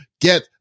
get